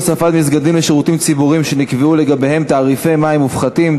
הוספת מסגדים לשירותים ציבוריים שנקבעו לגביהם תעריפי מים מופחתים),